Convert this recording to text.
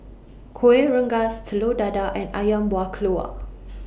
Kuih Rengas Telur Dadah and Ayam Buah Keluak